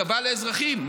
הטבה לאזרחים,